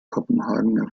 kopenhagen